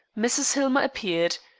mrs. hillmer appeared,